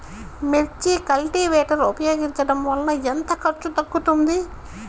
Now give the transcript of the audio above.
మిర్చి కల్టీవేటర్ ఉపయోగించటం వలన ఎంత ఖర్చు తగ్గుతుంది?